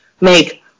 make